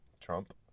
Trump